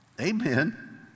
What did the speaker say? Amen